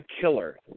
killer